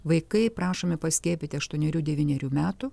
vaikai prašomi paskiepyti aštuonerių devynerių metų